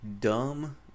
dumb